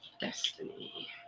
Destiny